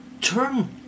turn